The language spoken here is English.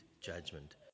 judgment